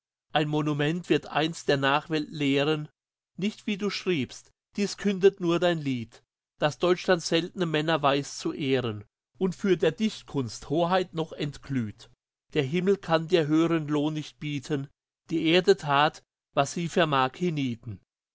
ein monument wird einst der nachwelt lehren nicht wie du schriebst dies kündet nur dein lied daß deutschland seltne männer weiß zu ehren und für der dichtkunst hoheit noch entglüht der himmel kann dir höhren lohn noch bieten die erde tat was sie vermag